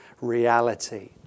reality